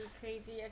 crazy